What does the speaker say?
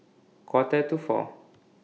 Quarter to four